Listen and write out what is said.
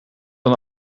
van